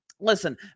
Listen